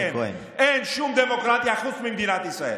כן, אין שום דמוקרטיה חוץ ממדינת ישראל.